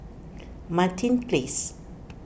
Martin Place